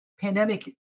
pandemic